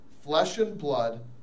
flesh-and-blood